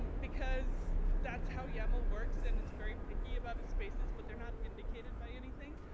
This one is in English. because that's how yaml works and it's very picky about its spaces, but they're not indicated by anything.